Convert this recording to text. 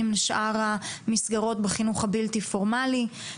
לשאר המסגרות מהחינוך הבלתי פורמלי.